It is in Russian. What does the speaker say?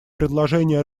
предложения